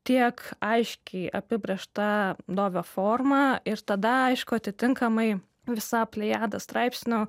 tiek aiškiai apibrėžta dovio forma ir tada aišku atitinkamai visa plejada straipsnių